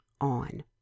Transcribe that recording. on